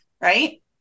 right